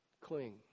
cling